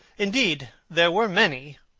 indeed, there were many,